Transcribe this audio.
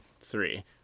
three